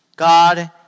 God